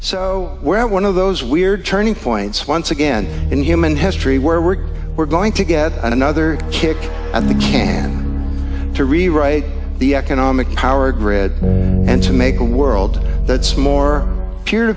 so we're at one of those weird turning points once again in human history where we're we're going to get another kick the can to rewrite the economic power grid and to make a world that's more p